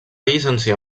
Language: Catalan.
llicenciar